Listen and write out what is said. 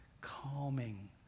Calming